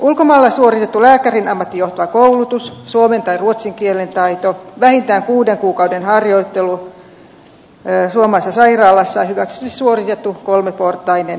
ulkomailla suoritettu lääkärin ammattiin johtava koulutus suomen tai ruotsin kielen taito vähintään kuuden kuukauden harjoittelu suomalaisessa sairaalassa ja hyväksytysti suoritettu kolmiportainen kuulustelu